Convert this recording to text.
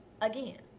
again